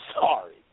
sorry